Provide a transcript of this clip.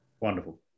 Wonderful